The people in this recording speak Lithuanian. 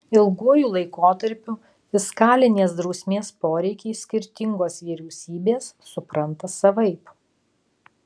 ilguoju laikotarpiu fiskalinės drausmės poreikį skirtingos vyriausybės supranta savaip